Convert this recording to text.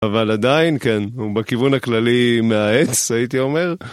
אבל עדיין, כן, הוא בכיוון הכללי מהעץ, הייתי אומר.